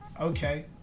okay